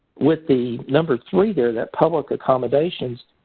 with the number three here, that public accommodation,